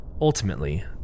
Ultimately